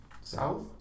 South